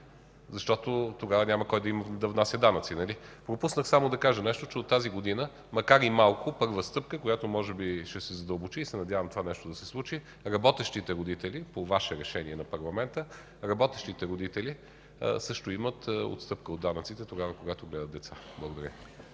защото тогава няма кой да внася данъци, нали? Пропуснах да кажа, че от тази година, макар и малко – първа стъпка, която може би ще се задълбочи и се надявам това нещо да се случи, работещите родители по Ваше решение – на парламента, също имат отстъпка от данъците тогава, когато гледат деца. Благодаря.